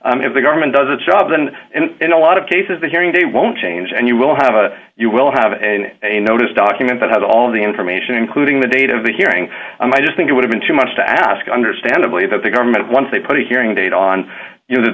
if the government does its job and in a lot of cases the hearing today won't change and you will have a you will have an a notice document that has all of the information including the date of the hearing and i just think it would've been too much to ask understandably that the government once they put a hearing date on you know that